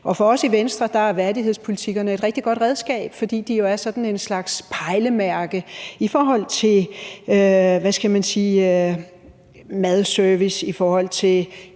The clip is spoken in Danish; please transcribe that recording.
For os i Venstre er værdighedspolitikkerne et rigtig godt redskab, fordi de jo sådan set er en slags pejlemærke i forhold til,